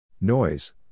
Noise